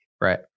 Right